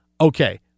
okay